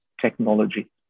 technology